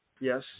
Yes